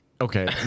Okay